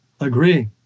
agree